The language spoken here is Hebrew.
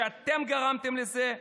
שאתם גרמתם לזה,